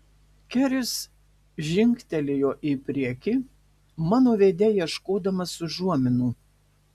keris žingtelėjo į priekį mano veide ieškodamas užuominų